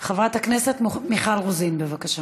חברת הכנסת מיכל רוזין, בבקשה.